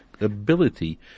ability